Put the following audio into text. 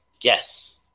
yes